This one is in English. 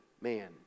man